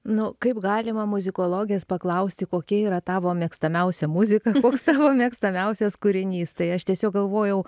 nu kaip galima muzikologės paklausti kokia yra tavo mėgstamiausia muzika koks tavo mėgstamiausias kūrinys tai aš tiesiog galvojau